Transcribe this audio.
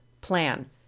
plan